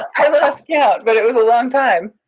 i lost count, but it was a long time.